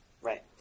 Right